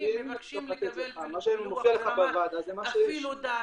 מבקשים לקבל פילוח ברמת אפילו דת,